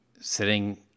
sitting